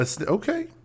Okay